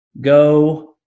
go